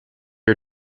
are